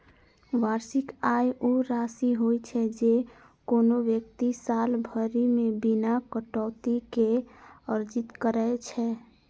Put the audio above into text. वार्षिक आय ऊ राशि होइ छै, जे कोनो व्यक्ति साल भरि मे बिना कटौती के अर्जित करै छै